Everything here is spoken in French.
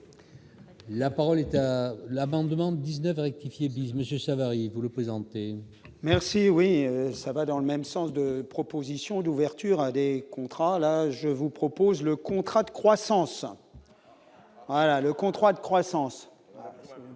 La parole est à la banque demande 19 à rectifier bise Monsieur Savary vous le présenter. Merci, oui ça va dans le même sens, de propositions d'ouverture à des contrats, je vous propose le contrat de croissance : voilà le contrat de croissance,